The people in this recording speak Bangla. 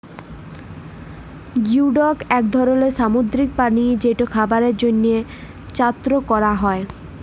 গিওডক এক ধরলের সামুদ্রিক প্রাণী যেটা খাবারের জন্হে চাএ ক্যরা হ্যয়ে